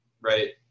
right